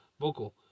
vocal